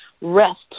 rest